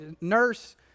nurse